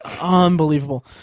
unbelievable